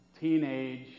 teenage